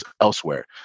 elsewhere